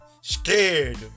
Scared